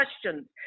questions